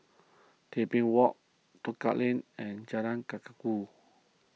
Tebing Walk Duku Lane and Jalan Kakatua